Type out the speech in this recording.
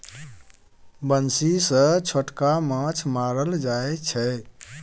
बंसी सँ छोटका माछ मारल जाइ छै